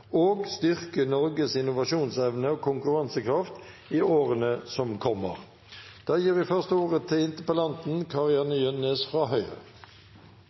og styrke Norges innovasjonsevne og konkurransekraft i årene som kommer. Interpellanten la til grunn at vi har en stor grad av felles virkelighetsforståelse knyttet til